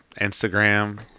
instagram